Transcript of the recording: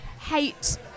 hate